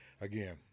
again